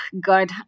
god